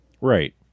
Right